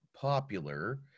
popular